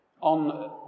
On